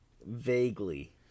vaguely